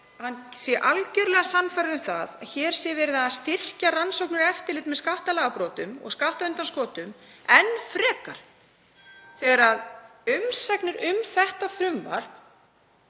hann sé algjörlega sannfærður um að hér sé verið að styrkja rannsóknir og eftirlit með skattalagabrotum og skattundanskotum enn frekar þegar umsagnir um þetta frumvarp